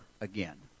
again